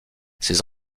ses